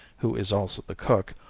who is also the cook,